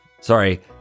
sorry